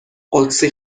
قدسی